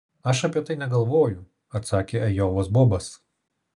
aš apie tai negalvoju atsakė ajovos bobas